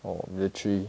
or military